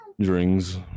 drinks